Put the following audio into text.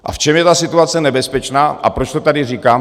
A v čem je ta situace nebezpečná a proč to tady říkám?